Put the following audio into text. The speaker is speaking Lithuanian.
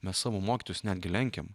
mes savo mokytojus netgi lenkiam